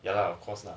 ya lah of course lah